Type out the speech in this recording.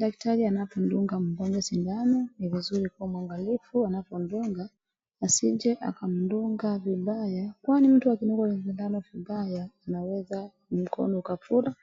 daktari anapodunga mgonjwa sindano ni vizuri kuwa mwangalifu anapodunga asije akamdunga vibaya kwani mtu akidungwa mkono vibaya unaweza ukafura